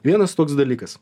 vienas toks dalykas